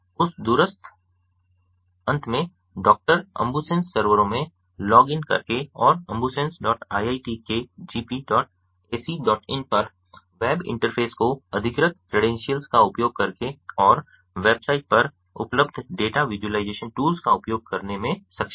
उस दूरस्थ अंत में डॉक्टर अम्बुसेन्स सर्वरों में लॉग इन करके और AmbuSensiitkgpacin पर वेब इंटरफेस को अधिकृत क्रेडेंशियल्स का उपयोग करके और वेबसाइट पर उपलब्ध डेटा विज़ुअलाइज़ेशन टूल्स का उपयोग करने में सक्षम है